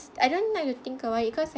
I don't like to think about it cause like